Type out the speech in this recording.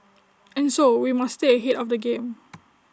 and so we must stay ahead of the game